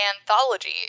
anthology